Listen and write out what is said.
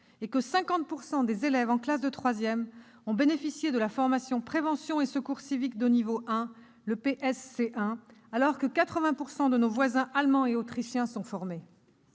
et que 50 % des élèves en classe de troisième ont bénéficié de la formation « prévention et secours civiques de niveau 1 », ou PSC1, alors que 80 % de nos voisins allemands et autrichiens sont formés.